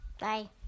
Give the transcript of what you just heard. Bye